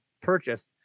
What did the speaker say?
purchased